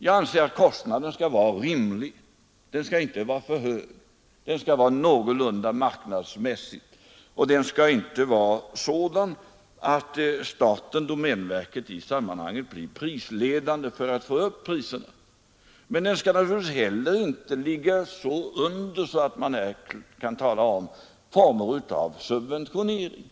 Jag anser att beloppen bör vara rimliga och någorlunda marknadsmässiga — inte för höga, så att staten-domänverket blir prisledande i sammanhanget när det gäller att få upp priserna. Men de skall naturligtvis inte heller ligga så mycket under marknadspriserna att man kan tala om former av subventionering.